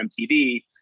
MTV